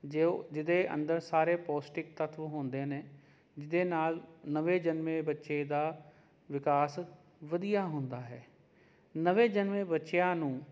ਜੇ ਉਹ ਜਿਹਦੇ ਅੰਦਰ ਸਾਰੇ ਪੋਸ਼ਟਿਕ ਤੱਤਵ ਹੁੰਦੇ ਨੇ ਜਿਹਦੇ ਨਾਲ ਨਵੇਂ ਜਨਮੇ ਬੱਚੇ ਦਾ ਵਿਕਾਸ ਵਧੀਆ ਹੁੰਦਾ ਹੈ ਨਵੇਂ ਜਨਮੇ ਬੱਚਿਆਂ ਨੂੰ